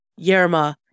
Yerma